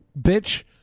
bitch